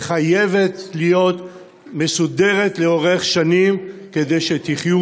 וחייבת להיות מסודרת לאורך שנים כדי שתחיו